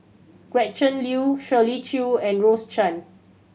Gretchen Liu Shirley Chew and Rose Chan